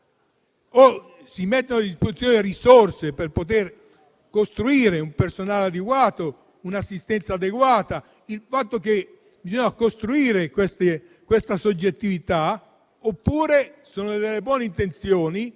o si mettono a disposizione risorse per poter avere un personale adeguato, un'assistenza adeguata - bisogna costruire questa soggettività - oppure rimangono buone intenzioni